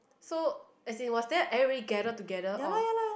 so as in was there everybody gather together or